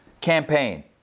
campaign